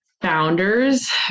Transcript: founders